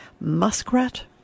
muskrat